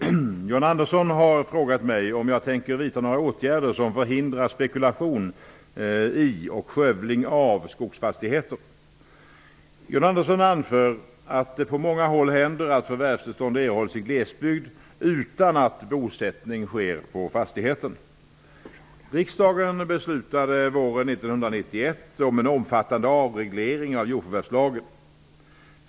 Fru talman! John Andersson har frågat mig om jag tänker vidta några åtgärder som förhindrar spekulation i och skövling av skogsfastigheter. John Andersson anför att det på många håll händer att förvärvstillstånd erhålls i glesbygd utan att bosättning sker på fastigheten. Riksdagen beslutade våren 1991 om en omfattande avreglering av jordförvärvslagen.